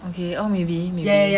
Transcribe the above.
okay oh maybe maybe